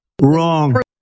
Wrong